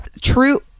true